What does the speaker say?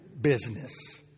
business